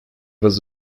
was